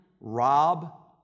rob